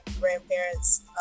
grandparents